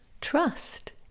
Trust